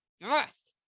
yes